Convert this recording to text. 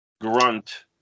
Grunt